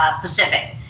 Pacific